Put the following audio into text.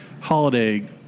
holiday